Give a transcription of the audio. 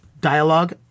dialogue